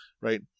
Right